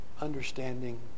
understanding